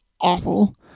awful